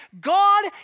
God